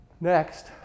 next